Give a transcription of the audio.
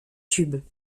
tubes